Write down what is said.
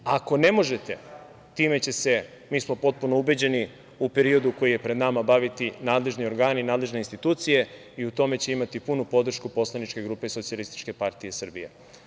Ako ne možete, time će se, mi smo potpuno ubeđeni, u periodu koji je pred nama, baviti nadležni organi, nadležne institucije i u tome će imati punu podršku poslaničke grupe Socijalističke partije Srbije.